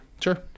sure